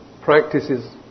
practices